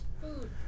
Food